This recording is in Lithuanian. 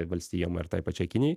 valstijom ar tai pačiai kinijai